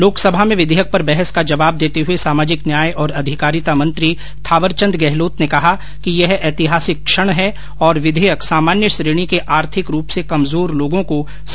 लोकसभा में विधेयक पर बहस का जवाब देते हुए सामाजिक न्याय और आधिकारिता मंत्री थावरचंद गहलोत ने कहा कि यह ऐतिहासिक क्षण है और विधेयक सामान्य श्रेणी के आर्थिक रूप से कमजोर लोगों को समान अवसर प्रदान करेगा